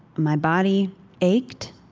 my body ached.